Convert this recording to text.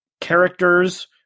characters